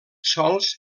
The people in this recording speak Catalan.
sols